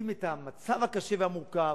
מציגים את המצב הקשה והמורכב,